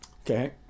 Okay